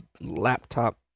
laptop